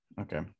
Okay